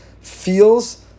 feels